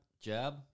Jab